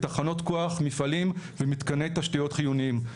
ותחנות כוח, מפעלים ומתקני תשתיות חיוניים.